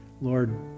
Lord